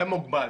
זה מוגבל.